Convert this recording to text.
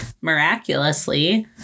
miraculously